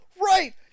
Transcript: right